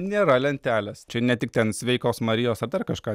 nėra lentelės čia ne tik ten sveikos marijos ar dar kažką